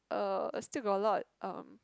uh still got a lot uh